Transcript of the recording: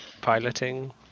piloting